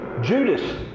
Judas